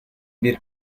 bir